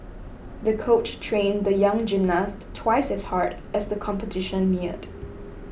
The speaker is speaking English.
the coach trained the young gymnast twice as hard as the competition neared